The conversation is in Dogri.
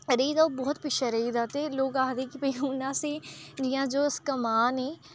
रेही गेदा ते ओह् बोह्त पिच्छै रेही गेदा ते लोग आखदे कि भाई हून असें जियां जो अस कमा ने